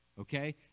okay